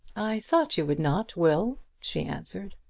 i thought you would not, will, she answered.